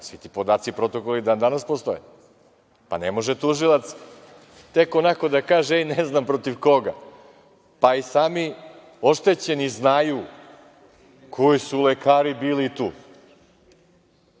Svi ti podaci protokola i dan danas postoje. Pa, ne može tužilac tek onako da kaže – ne znam protiv koga. Pa, i sami oštećeni znaju koji su lekari bili